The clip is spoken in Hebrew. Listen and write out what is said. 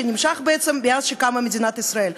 שנמשך בעצם מאז שקמה מדינת ישראל.